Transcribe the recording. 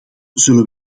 zullen